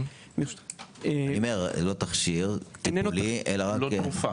תכשיר הוא תרופה,